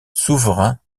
souverain